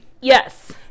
Yes